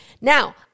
Now